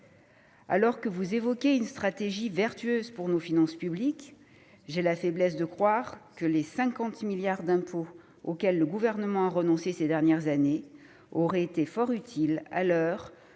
Alors que vous évoquez une stratégie vertueuse pour nos finances publiques, j'ai la faiblesse de croire que les 50 milliards d'euros d'impôt auxquels le Gouvernement a renoncé ces dernières années auraient été fort utiles à l'heure